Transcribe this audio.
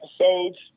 episodes